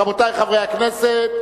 רבותי חברי הכנסת,